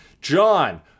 John